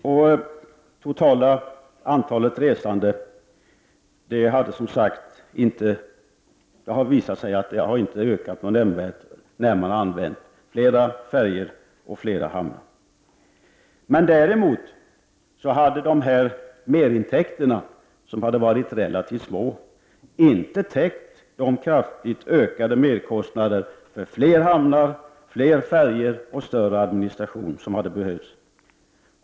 Det har visat sig att det totala antalet resande inte har ökat nämnvärt när man använt flera färjor och flera hamnar. Men merintäkterna, som har varit relativt små, har däremot inte täckt de kraftigt ökade merkostnader för fler hamnar, fler färjor och större administration som behövts.